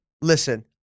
listen